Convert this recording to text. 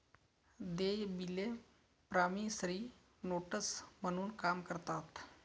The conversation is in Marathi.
देय बिले प्रॉमिसरी नोट्स म्हणून काम करतात